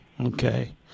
okay